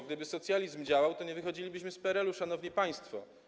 Gdyby socjalizm działał, to nie wychodzilibyśmy z PRL-u, szanowni państwo.